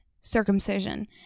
circumcision